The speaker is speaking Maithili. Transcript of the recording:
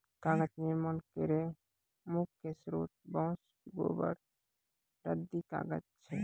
कागज निर्माण केरो मुख्य स्रोत बांस, गोबर, रद्दी कागज छै